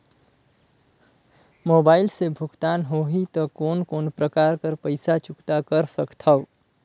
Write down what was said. Mobile से भुगतान होहि त कोन कोन प्रकार कर पईसा चुकता कर सकथव?